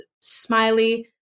smiley